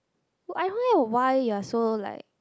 I don't know why you're so like